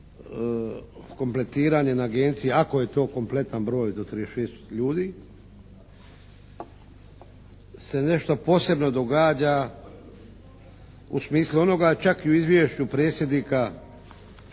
kompletiranje na Agenciji ako je to kompletan broj do 36 ljudi se nešto posebno događa u smislu onoga čak i u Izvješću predsjednika Vijeća